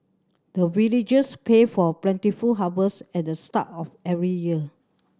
the villagers pray for plentiful harvest at the start of every year